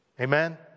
Amen